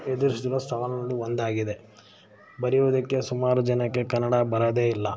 ಒಂದಾಗಿದೆ ಬರೆಯೋದಕ್ಕೆ ಸುಮಾರು ಜನಕ್ಕೆ ಕನ್ನಡ ಬರೋದೇ ಇಲ್ಲ